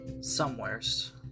somewheres